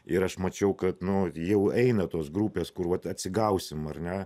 ir aš mačiau kad nu jau eina tos grupės kur vat atsigausim ar ne